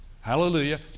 Hallelujah